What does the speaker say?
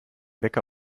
wecker